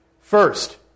First